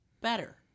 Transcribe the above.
better